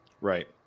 Right